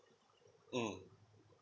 mm